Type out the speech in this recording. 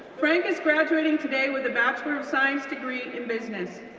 frank is graduating today with a bachelor of science degree in business.